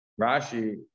Rashi